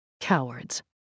Cowards